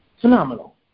Phenomenal